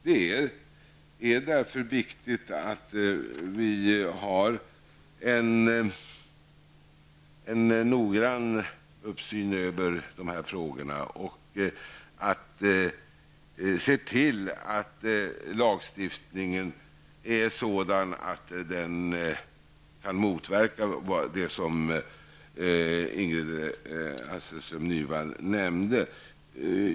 Det är av den anledningen viktigt med en noggrann uppsyn över dessa frågor och att vi ser till att lagstiftningen kan motverka det som Ingrid Hasselström Nyvall nämnde.